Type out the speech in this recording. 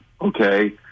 Okay